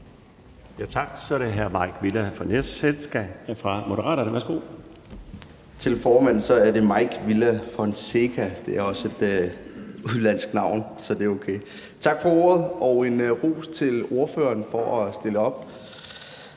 Tak for ordet, og jeg vil gerne rose ordføreren for at stille op.